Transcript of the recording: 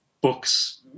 books